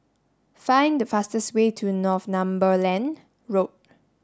find the fastest way to Northumberland Road